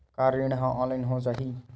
का ऋण ह ऑनलाइन हो जाही?